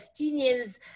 Palestinians